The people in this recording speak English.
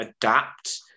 adapt